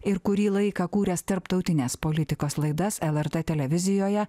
ir kurį laiką kūręs tarptautinės politikos laidas lrt televizijoje